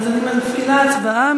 אז אני מפעילה הצבעה.